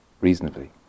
reasonably